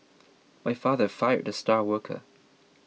my father fired the star worker